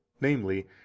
namely